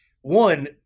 one